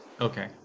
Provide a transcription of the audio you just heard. Okay